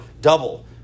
double